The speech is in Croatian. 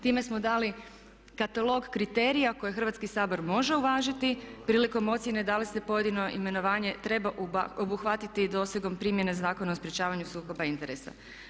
Time smo dali katalog kriterija koje Hrvatski sabor može uvažiti prilikom ocjene da li se pojedino imenovanje treba obuhvatiti i dosegom primjene Zakona o sprječavanju sukoba interesa.